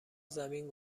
زمین